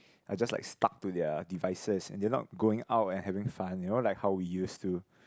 I'll just like stuck to their devices and they're not going out and having fun you know like how we used to